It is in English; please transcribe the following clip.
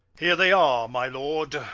here they are, my lord.